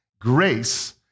grace